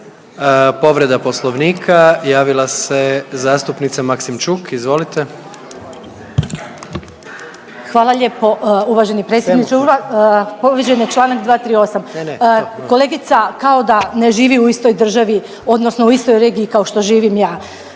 (HDZ)** Povreda Poslovnika, javila se zastupnica Maksimčuk, izvolite. **Maksimčuk, Ljubica (HDZ)** Hvala lijepo uvaženi predsjedniče. Povrijeđen je čl. 238. Kolegica kao da ne živi u istoj državi, odnosno u istoj regiji kao što živim ja.